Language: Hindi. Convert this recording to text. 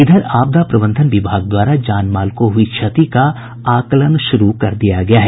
इधर आपदा प्रबंधन विभाग द्वारा जान माल को हुई क्षति का आकलन शुरू कर दिया गया है